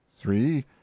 three